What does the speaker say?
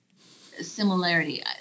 similarity